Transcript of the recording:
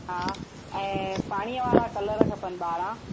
हा ऐं पाणीअ वारा कलर खपनि ॿारहं